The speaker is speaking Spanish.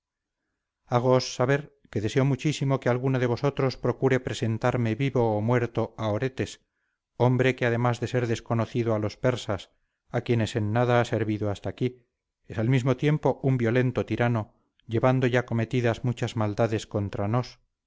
hágoos saber que deseo muchísimo que alguno de vosotros procure presentarme vivo o muerto a oretes hombre que además de ser desconocido a los persas a quienes en nada ha servido hasta aquí es al mismo tiempo un violento tirano llevando ya cometidas muchas maldades contra nos